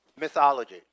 mythology